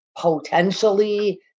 potentially